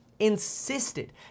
insisted